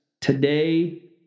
today